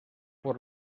por